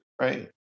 right